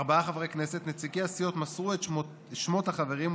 נציגי הסיעות מסרו את שמות החברים,